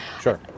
Sure